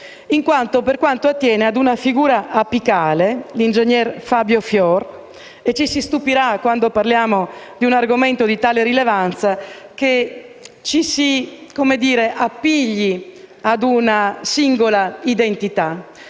per quanto riguarda una figura apicale, l'ingegnere Fabio Fior. Ci si stupirà, quando parliamo di un argomento di tanta rilevanza, che ci si appigli ad una singola identità.